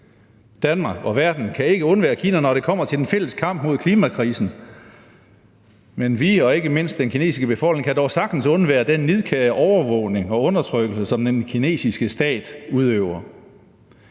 Danmark og verden kan ikke undvære Kina, når det kommer til den fælles kamp mod klimakrisen, men vi og ikke mindst den kinesiske befolkning kan dog sagtens undvære den nidkære overvågning og undertrykkelse, som den kinesiske stat udøver.